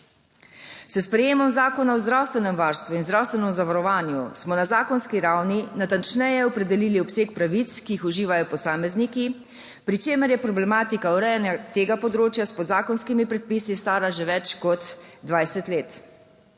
S sprejetjem Zakona o zdravstvenem varstvu in zdravstvenem zavarovanju smo na zakonski ravni natančneje opredelili obseg pravic, ki jih uživajo posamezniki, pri čemer je problematika urejanja tega področja s podzakonskimi predpisi stara že več kot 20 let.